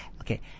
Okay